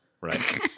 Right